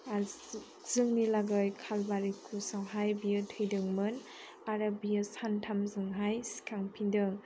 जोंनि लागै कालबारि क्रुसावहाय बियो थैदोंमोन आरो बियो सानथामजोंहाय सिखारफिन्दों